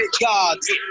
gods